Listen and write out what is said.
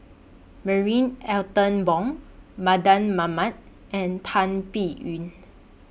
Marie Ethel Bong Mardan Mamat and Tan Biyun